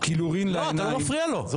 אתה לא מפריע לו.